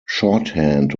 shorthand